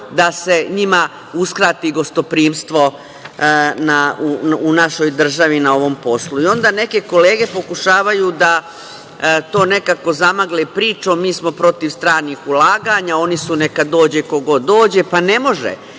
da se njima uskrati gostoprimstvo u našoj državi na ovom poslu. Onda neke kolege pokušavaju da to nekako zamagle pričom – mi smo protiv stranih ulaganja, oni su – neka dođe ko god dođe. Pa, ne može.